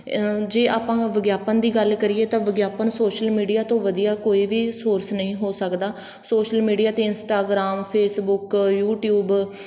ਜੇ ਆਪਾਂ ਵਿਗਿਆਪਨ ਦੀ ਗੱਲ ਕਰੀਏ ਤਾਂ ਵਿਗਿਆਪਨ ਸੋਸ਼ਲ ਮੀਡੀਆ ਤੋਂ ਵਧੀਆ ਕੋਈ ਵੀ ਸੋਰਸ ਨਹੀਂ ਹੋ ਸਕਦਾ ਸੋਸ਼ਲ ਮੀਡੀਆ 'ਤੇ ਇੰਸਟਾਗ੍ਰਾਮ ਫੇਸਬੁੱਕ ਯੂਟੀਊਬ